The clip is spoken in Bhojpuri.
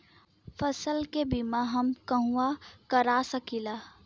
फसल के बिमा हम कहवा करा सकीला?